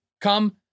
come